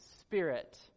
spirit